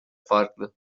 farklı